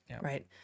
Right